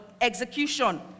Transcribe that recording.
execution